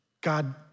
God